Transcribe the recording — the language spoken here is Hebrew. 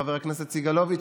חבר הכנסת סגלוביץ',